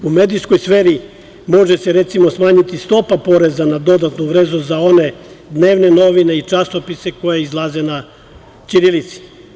U medijskoj sferi može se, recimo, smanjiti stopa poreza na dodatnu vrednost za one dnevne novine i časopise koji izlaze na ćirilici.